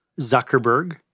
Zuckerberg